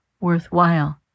worthwhile